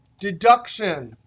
deduction,